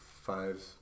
five